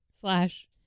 slash